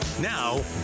now